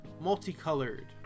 multicolored